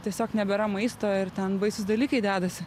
tiesiog nebėra maisto ir ten baisūs dalykai dedasi